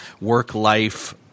work-life